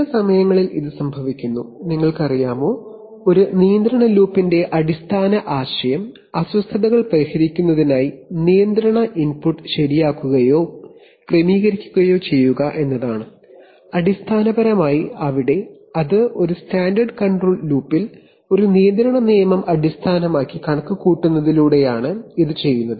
ചില സമയങ്ങളിൽ ഇത് സംഭവിക്കുന്നു നിങ്ങൾക്കറിയാമോ ഒരു നിയന്ത്രണ ലൂപ്പിന്റെ അടിസ്ഥാന ആശയം അസ്വസ്ഥതകൾ പരിഹരിക്കുന്നതിനായി നിയന്ത്രണ ഇൻപുട്ട് ശരിയാക്കുകയോ ക്രമീകരിക്കുകയോ ചെയ്യുക എന്നതാണ് അടിസ്ഥാനപരമായി ഒരു സ്റ്റാൻഡേർഡ് കൺട്രോൾ ലൂപ്പിൽപിശക് അടിസ്ഥാനമാക്കി ഉള്ള ഒരു നിയന്ത്രണ നിയമം കണക്കുകൂട്ടുന്നതിലൂടെയാണ് ഇത് ചെയ്യുന്നത്